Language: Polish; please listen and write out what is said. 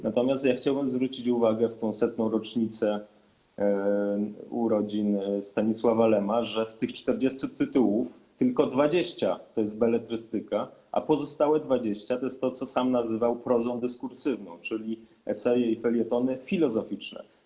Natomiast chciałbym zwrócić uwagę w 100. rocznicę urodzin Stanisława Lema, że z tych 40 tytułów tylko 20 to jest beletrystyka, a pozostałe 20 to jest to, co sam nazywał prozą dyskursywną, czyli eseje i felietony filozoficzne.